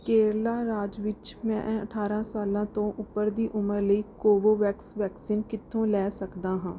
ਕੇਰਲਾ ਰਾਜ ਵਿੱਚ ਮੈਂ ਅਠਾਰਾਂ ਸਾਲਾਂ ਤੋਂ ਉਪਰ ਦੀ ਉਮਰ ਲਈ ਕੋਵੋਵੈਕਸ ਵੈਕਸੀਨ ਕਿੱਥੋਂ ਲੈ ਸਕਦਾ ਹਾਂ